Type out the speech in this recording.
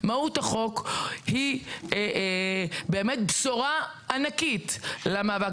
מהות החוק היא באמת בשורה ענקית למאבק